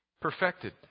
perfected